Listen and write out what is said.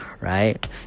right